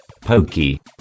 Pokey